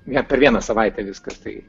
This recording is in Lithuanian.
ne per vieną savaitę viskas tai